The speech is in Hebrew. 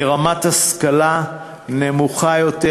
מרמת השכלה נמוכה יותר,